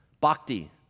bhakti